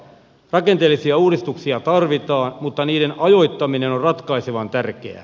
rakenteellisia uudistuksia tarvitaan mutta niiden ajoittaminen on ratkaisevan tärkeää